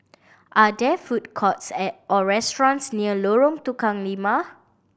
are there food courts or restaurants near Lorong Tukang Lima